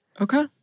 Okay